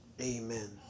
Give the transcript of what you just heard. amen